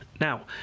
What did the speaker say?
Now